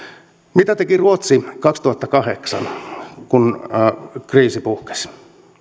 mitä teki ruotsi kaksituhattakahdeksan kun kriisi puhkesi